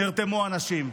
נרתמו אנשים.